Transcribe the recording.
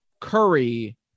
Curry